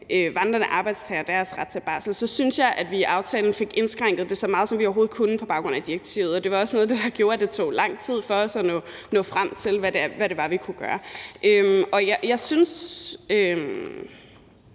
vandrende arbejdstagere og deres ret til barsel synes jeg, at vi i aftalen fik indskrænket det så meget, som vi overhovedet kunne på baggrund af direktivet, og det var også noget, der gjorde, at det tog lang tid for os at nå frem til, hvad det var, vi kunne gøre. Det er